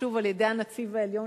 שוב על-ידי הנציב העליון,